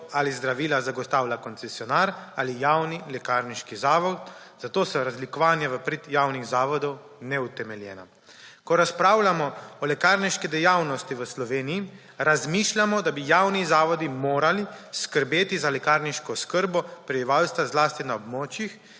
ali zdravila zagotavlja koncesionar ali javni lekarniški zavod, zato so razlikovanja v prid javnih zavodov neutemeljena. Ko razpravljamo o lekarniški dejavnosti v Sloveniji, razmišljamo, da bi javni zavodi morali skrbeti za lekarniško oskrbo prebivalstva zlasti na območjih,